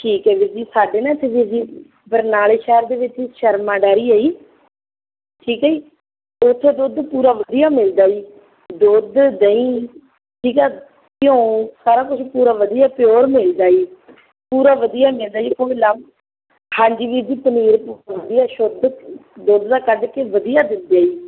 ਠੀਕ ਹੈ ਵੀਰ ਜੀ ਸਾਡੇ ਨਾ ਇੱਥੇ ਵੀਰ ਜੀ ਬਰਨਾਲੇ ਸ਼ਹਿਰ ਦੇ ਵਿੱਚ ਸ਼ਰਮਾ ਡੈਅਰੀ ਆ ਜੀ ਠੀਕ ਹੈ ਜੀ ਉੱਥੇ ਦੁੱਧ ਪੂਰਾ ਵਧੀਆ ਮਿਲਦਾ ਜੀ ਦੁੱਧ ਦਹੀਂ ਠੀਕ ਹੈ ਘਿਓ ਸਾਰਾ ਕੁਝ ਪੂਰਾ ਵਧੀਆ ਪਿਓਰ ਮਿਲਦਾ ਜੀ ਪੂਰਾ ਵਧੀਆ ਮਿਲਦਾ ਜੀ ਕੋਈ ਲਾ ਹਾਂਜੀ ਵੀਰ ਜੀ ਪਨੀਰ ਵਧੀਆ ਸ਼ੁੱਧ ਦੁੱਧ ਦਾ ਕੱਢ ਕੇ ਵਧੀਆ ਦਿੰਦੇ ਆ ਜੀ